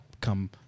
come